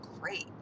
great